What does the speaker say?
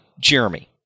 Jeremy